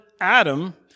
Adam